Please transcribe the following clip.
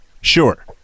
Sure